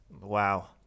wow